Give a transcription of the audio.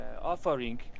offering